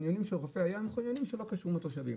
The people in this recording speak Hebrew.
חניונים של חופי הים הם חניונים שלא קשורים לתושבים,